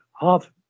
half